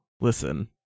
Listen